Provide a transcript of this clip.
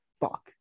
Fuck